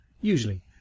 Usually